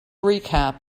recap